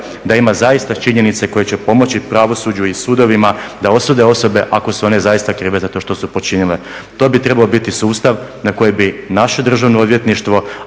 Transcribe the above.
Da ima zaista činjenica koje će pomoći pravosuđu i sudovima da osude osobe ako su one zaista krive za to što su počinile. To bi trebao biti sustav na koji bi naše državno odvjetništvo